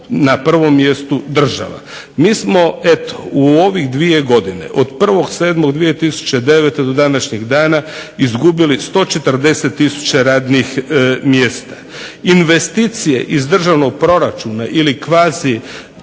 na prvom mjestu država. Mi smo ove dvije godine o 1.7.2009. do današnjeg dana izgubili 140 tisuća radnih mjesta. Investicije iz državnog proračuna ili kvazi